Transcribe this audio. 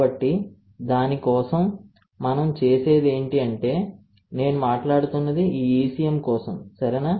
కాబట్టి దాని కోసం మనం చేసేది ఏంటి అంటే నేను మాట్లాడుతున్నది ఈ ECM కోసం సరేనా